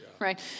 right